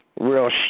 real